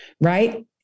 Right